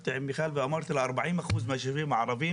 וישבתי עם מיכל ואמרתי לה '40% מהישובים הערבים